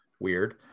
weird